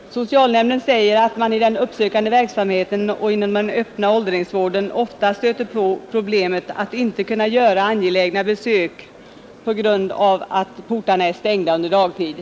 Socialnämnden säger att man i den uppsökande verksamheten och inom den öppna åldringsvården ofta stöter på problemet att inte kunna göra angelägna besök på grund av att portarna är stängda under dagtid.